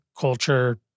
culture